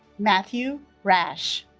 matthew rash